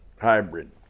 hybrid